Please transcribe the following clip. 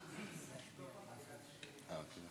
אוקיי.